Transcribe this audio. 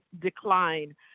decline